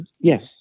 yes